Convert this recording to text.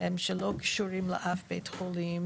שהם לא קשורים לאף בתי חולים,